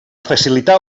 facilitar